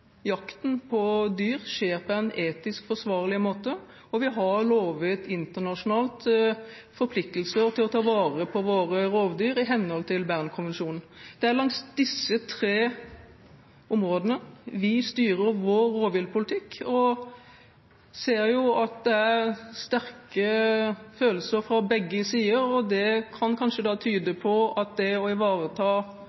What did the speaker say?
skjer på en etisk forsvarlig måte. Vi har gjennom internasjonale forpliktelser lovet å ta vare på våre rovdyr i henhold til Bernkonvensjonen. Det er langs disse tre områdene vi styrer vår rovviltpolitikk. Jeg ser jo at det er sterke følelser fra begge sider, og det kan kanskje tyde